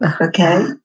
okay